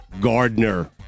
Gardner